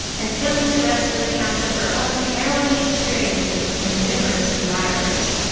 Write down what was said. and filling the rest with accounts of her own harrowing experiences with her numerous admirers.